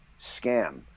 scam